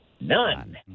None